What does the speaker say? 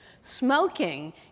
Smoking